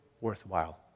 worthwhile